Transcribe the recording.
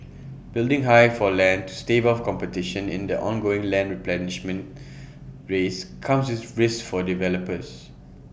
bidding high for land to stave off competition in the ongoing land replenishment race comes with risks for developers